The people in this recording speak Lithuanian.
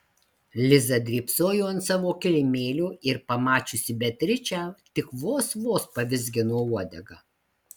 liza drybsojo ant savo kilimėlio ir pamačiusi beatričę tik vos vos pavizgino uodegą